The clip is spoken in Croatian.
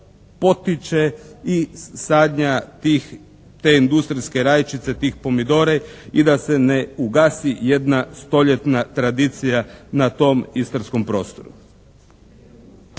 potiče i sadnja tih, te industrijske rajčice, tih pomidore i da se ne ugasi jedna stoljetna tradicija na tom istarskom prostoru.